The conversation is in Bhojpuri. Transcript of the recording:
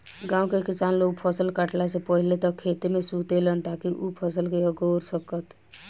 गाँव के किसान लोग फसल काटला से पहिले तक खेते में सुतेलन ताकि उ फसल के अगोर सकस